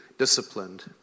disciplined